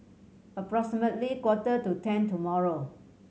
approximately quarter to ten tomorrow